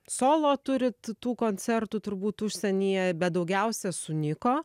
solo turit tų koncertų turbūt užsienyje bet daugiausia sunyko